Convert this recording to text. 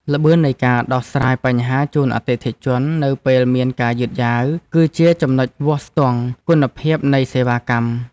ល្បឿននៃការដោះស្រាយបញ្ហាជូនអតិថិជននៅពេលមានការយឺតយ៉ាវ គឺជាចំណុចវាស់ស្ទង់គុណភាពនៃសេវាកម្ម។